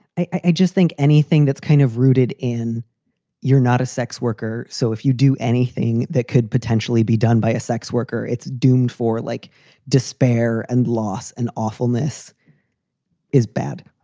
i just think anything that's kind of rooted in you're not a sex worker. so if you do anything that could potentially be done by a sex worker, it's doomed for like despair and loss and awfulness is bad,